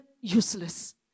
useless